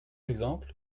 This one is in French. exemple